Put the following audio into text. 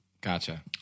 Gotcha